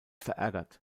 verärgert